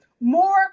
More